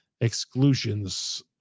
Exclusions